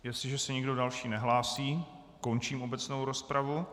Jestliže se nikdo další nehlásí, končím obecnou rozpravu.